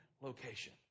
location